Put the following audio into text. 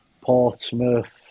Portsmouth